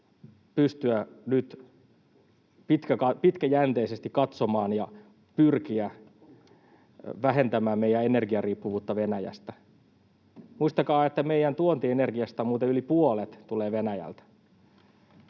pystyä nyt pitkäjänteisesti katsomaan ja pyrkiä vähentämään meidän energiariippuvuutta Venäjästä. Muistakaa, että meidän tuontienergiasta yli puolet tulee Venäjältä.